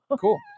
cool